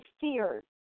fears